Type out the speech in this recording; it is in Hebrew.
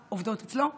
עובדות אצלו חזק,